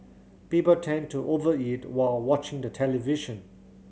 people tend to over eat while watching the television